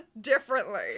differently